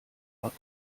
art